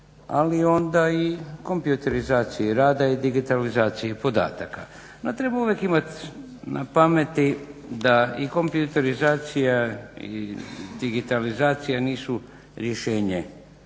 ali onda i kompjuterizaciji rada i digitalizaciji podataka. No treba uvijek imat na pameti da i kompjuterizacija i digitalizacija nisu rješenje